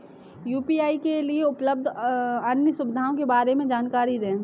UPI के लिए उपलब्ध अन्य सुविधाओं के बारे में जानकारी दें?